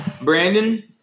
Brandon